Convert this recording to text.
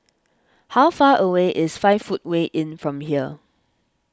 how far away is five Footway Inn from here